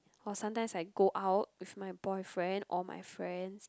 or sometimes I go out with my boyfriend or my friends